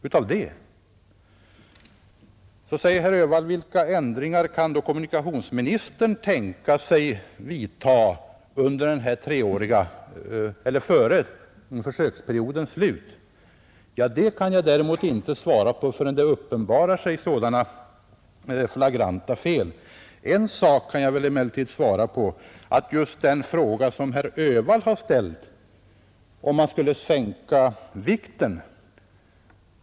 Vidare frågar herr Öhvall: Vilka ändringar kan då kommunikationsministern tänka sig vidta före försöksperiodens slut? Det kan jag däremot inte svara på förrän det uppenbarar sig sådana flagranta fel. En sak kan jag väl emellertid svara på, och det är den fråga som herr Öhvall har ställt om man skulle sänka vikten.